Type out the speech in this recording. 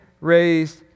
Raised